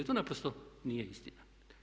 To naprosto nije istina.